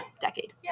decade